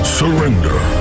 surrender